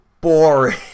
boring